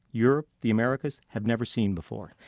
europe, the americas, have never seen before.